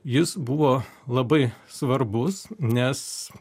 jis buvo labai svarbus nes